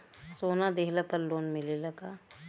सोना दिहला पर लोन मिलेला का?